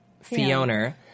Fiona